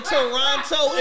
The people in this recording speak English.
Toronto